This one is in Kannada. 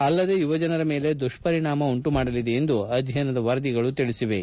ಅಲ್ಲದೆ ಯುವಜನರ ಮೇಲೆ ದುಪ್ಪರಿಣಾಮ ಉಂಟು ಮಾಡಲಿದೆ ಎಂದು ಅಧ್ಯಯನ ವರದಿಗಳು ತಿಳಿಸಿವೆ